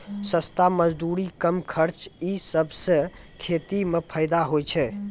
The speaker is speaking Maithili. सस्ता मजदूरी, कम खर्च ई सबसें खेती म फैदा होय छै